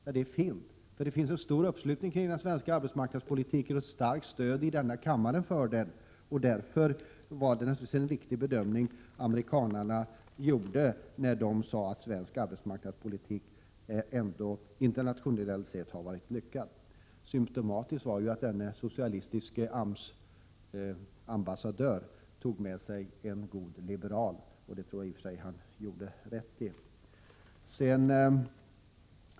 Ja, det är fint, för det finns en stor uppslutning kring den svenska arbetsmarknadspolitiken och starkt stöd i denna kammare för den. Därför var det naturligtvis en riktig bedömning amerikanerna gjorde, då de sade att svensk arbetsmarknadspolitik internationellt sett ändå har varit lyckad. Symtomatiskt var också att denna socialistiske AMS-ambassadör tog med sig en god liberal på resan. Det tror jag att han gjorde rätt i.